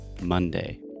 Monday